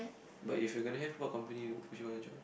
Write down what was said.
but if you're gonna have what company you would you wanna join